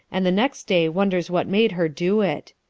and the next day wonders what made her do it.